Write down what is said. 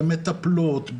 במטפלות,